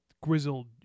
grizzled